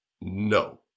No